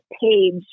page